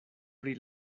pri